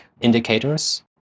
indicators